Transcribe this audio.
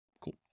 Cool